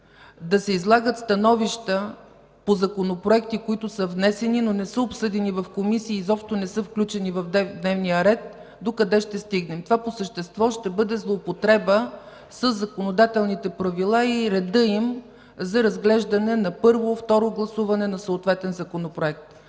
да се излагат становища по законопроекти, които са внесени, но не са обсъдени в комисии и изобщо не са включени в дневния ред, докъде ще стигнем. Това по същество ще бъде злоупотреба със законодателните правила и реда за разглеждане на първо и второ гласуване на съответния законопроект.